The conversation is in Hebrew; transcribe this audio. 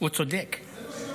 הוא צודק.